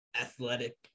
athletic